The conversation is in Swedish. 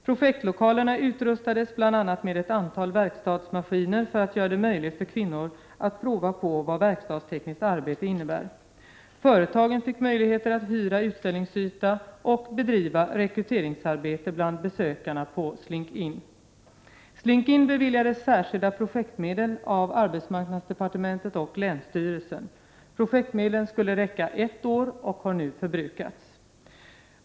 Projektlokalerna utrustades bl.a. med ett antal verkstadsmaskiner för att göra det möjligt för kvinnor att prova på vad verkstadstekniskt arbete innebär. Företagen fick möjligheter att hyra utställningsyta och bedriva rekryteringsarbete bland besökarna på Slink-In. Slink-In beviljades särskilda projektmedel av arbetsmarknadsdepartementet och länsstyrelsen. Projektmedlen skulle räcka ett år och har nu förbrukats.